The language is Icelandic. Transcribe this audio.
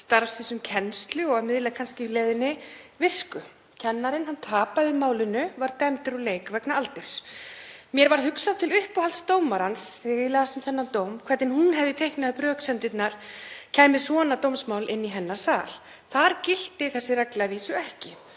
starfsins, þ.e. kennslu og að miðla kannski visku í leiðinni? Kennarinn tapaði málinu, var dæmdur úr leik vegna aldurs. Mér varð hugsað til uppáhaldsdómarans þegar ég las þennan dóm, hvernig hún hefði teiknað upp röksemdirnar kæmi svona dómsmál inn í hennar sal. Þar gilti þessi regla að vísu ekki